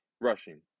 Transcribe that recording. rushing